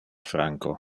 franco